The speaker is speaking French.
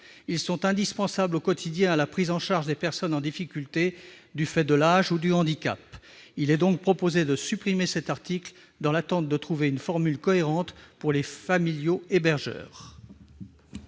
Ils sont indispensables, au quotidien, à la prise en charge de personnes en difficultés du fait de l'âge ou du handicap. Il est donc proposé de supprimer cet article, dans l'attente de trouver une formule cohérente pour les hébergeurs